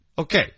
Okay